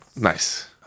nice